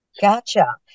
gotcha